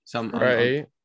Right